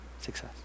success